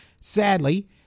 Sadly